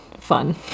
fun